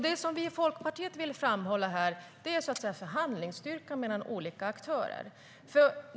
Det som vi i Folkpartiet vill framhålla är förhandlingsstyrkan mellan olika aktörer.